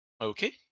Okay